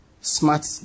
smart